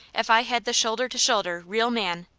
if i had the shoulder-to-shoulder, real man.